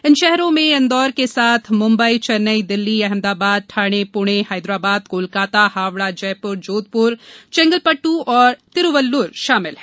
इन शहरों में इंदौर के साथ म्ंबई चेन्नई दिल्ली अहमदाबाद ठाणे प्णेहैदराबाद कोलकाता हावड़ा जयप्र जोधप्र चेंगलपट्ट और तिरूवल्ल्र शामिल हैं